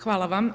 Hvala vam.